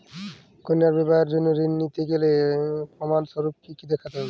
কন্যার বিবাহের জন্য ঋণ নিতে গেলে প্রমাণ স্বরূপ কী কী দেখাতে হবে?